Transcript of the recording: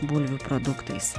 bulvių produktais